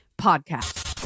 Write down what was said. Podcast